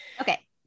Okay